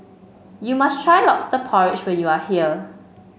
you must try lobster porridge when you are here